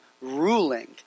ruling